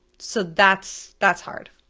so that's that's hard.